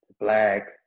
black